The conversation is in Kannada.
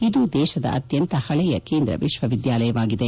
ಇದು ದೇಶದ ಅತ್ಲಂತ ಹಳೆಯ ಕೇಂದ್ರ ವಿಶ್ವವಿದ್ಯಾಲಯವಾಗಿದೆ